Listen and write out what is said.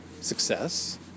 success